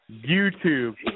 YouTube